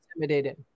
intimidated